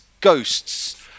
ghosts